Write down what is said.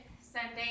Sunday